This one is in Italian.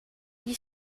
gli